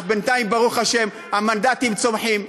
בינתיים, ברוך השם, המנדטים צומחים.